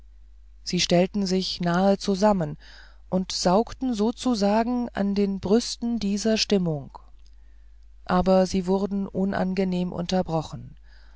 sie stellten sich nahe zusammen und saugten sozusagen an den brüsten dieser stimmung aber sie wurden unangenehm unterbrochen